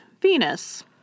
Venus